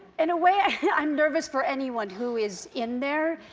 in a way, i'm nervous for anyone who is in there,